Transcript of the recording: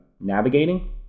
navigating